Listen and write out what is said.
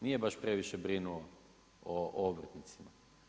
Nije baš previše brinuo o obrtnicima.